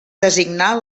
designar